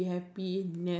pilot